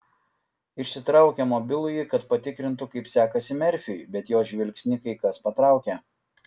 išsitraukė mobilųjį kad patikrintų kaip sekasi merfiui bet jos žvilgsnį kai kas patraukė